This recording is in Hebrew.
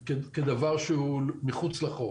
כדבר שהוא מחוץ לחוק.